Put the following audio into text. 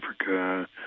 Africa